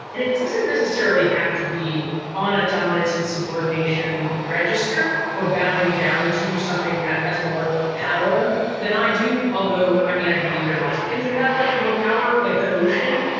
and it doesn't necessarily have to be on a dominance and subordination register or bowing down to something that has more power than i do. although, i mean, i believe there are lots of things that have like more power, like the ocean,